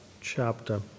chapter